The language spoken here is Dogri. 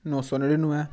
नौ सौ नड़िन्नुएं